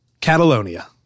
Catalonia